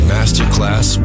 Masterclass